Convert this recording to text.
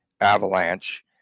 avalanche